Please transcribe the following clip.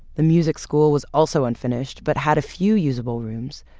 the music school was also unfinished but had a few usable rooms.